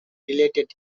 deleted